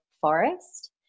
forest